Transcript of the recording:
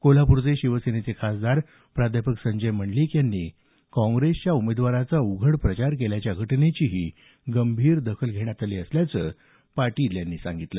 कोल्हापूरचे शिवसेनेचे खासदार प्राध्यापक संजय मंडलिक यांनी काँग्रेसच्या उमेदवारांचा उघड प्रचार केल्याच्या घटनेचीही गंभीर दखल घेण्यात आली असल्याचंही त्यांनी यावेळी सांगितलं